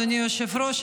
אדוני היושב-ראש,